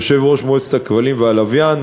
יושב-ראש מועצת הכבלים והלוויין,